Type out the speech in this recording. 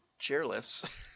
chairlifts